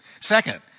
Second